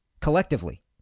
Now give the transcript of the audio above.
collectively